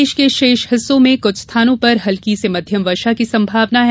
प्रदेश के शेष हिस्सों में कुछ स्थानो पर हल्की से मध्यम वर्षा की संभावना है